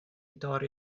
dorri